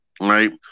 Right